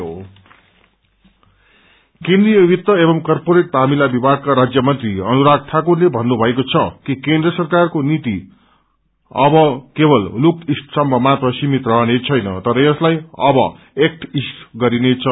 act east केन्द्रिय वित्त एवं करपोरेट मामिला विभागका राज्यमंत्री अनुराग ठाकुरले भन्नुभएको छ कि केन्द्र सरकारको नीति अब केवल लुक इस्टसम्म मात्र सीमित रहनेछैन तर यसलाई अब एक्ट इस्ट गरिनेछ